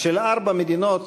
של ארבע מדינות